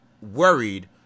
worried